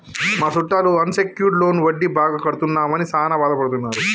మా సుట్టాలు unsecured loan వడ్డీ బాగా కడుతున్నామని సాన బాదపడుతున్నారు